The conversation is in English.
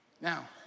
Now